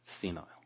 senile